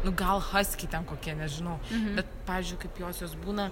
nu gal haskiai ten kokie nežinau bet pavyzdžiui kaip josios būna